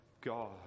God